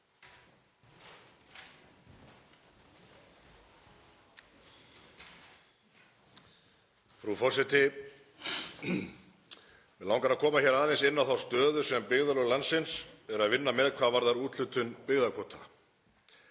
Frú forseti. Mig langar að koma aðeins inn á þá stöðu sem byggðarlög landsins eru að vinna með hvað varðar úthlutun byggðakvóta.